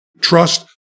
trust